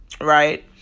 right